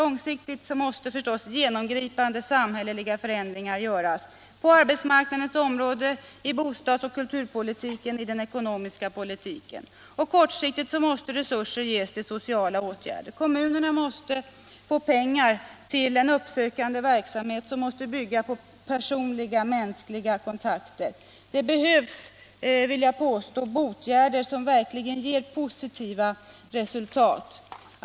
Långsiktigt måste genomgripande samhälleliga förändringar komma till stånd — på arbetsmarknadens område, i bostads och kulturpolitiken, i den ekonomiska politiken. Kortsiktigt måste resurser ges till sociala åtgärder. Kommunerna måste få pengar till en uppsökande verksamhet som bygger på personliga, mänskliga kontakter. Det behövs, vill jag påstå, ”botgärder” som verkligen ger positiva resultat.